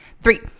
Three